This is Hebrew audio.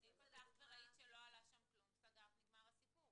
אז אם פתחת וראית שלא עלה שם כלום אז סגרת ונגמר הסיפור